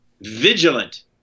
vigilant